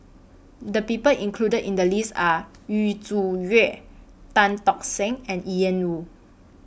The People included in The list Are Yu Zhuye Tan Tock Seng and Ian Woo